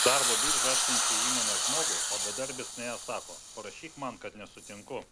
darbo birža atsiunčia į įmonę žmogų o bedarbis nuėjęs sako parašyk man kad netinku